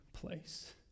place